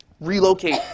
relocate